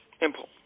Impulse